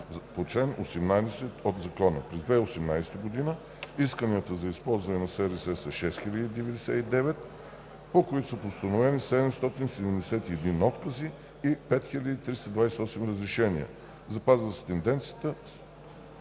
по чл. 18 от ЗСРС. През 2018 г. исканията за използване на СРС са 6099, по които са постановени 771 отказа и 5328 разрешения. Запазва се тенденцията